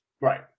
Right